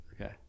Okay